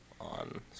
on